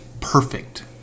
perfect